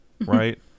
right